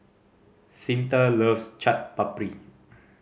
Cyntha loves Chaat Papri